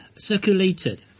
circulated